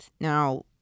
Now